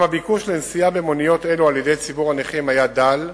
אולם הביקוש לנסיעה במוניות אלו על-ידי ציבור הנכים היה דל,